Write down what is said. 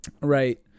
Right